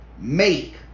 make